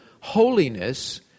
holiness